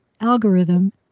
algorithm